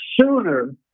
sooner